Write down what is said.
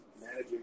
managing